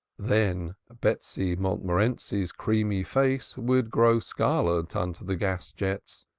then betsy montmorenci's creamy face would grow scarlet under the gas-jets,